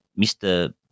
Mr